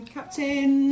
Captain